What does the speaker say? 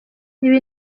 ibi